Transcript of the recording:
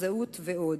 זהות ועוד.